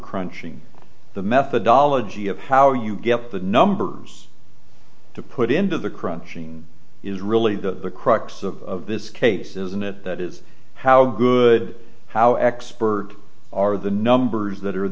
crunching the methodology of how you get the numbers to put into the crunching is really the crux of this case isn't it that is how good how expert are the numbers that are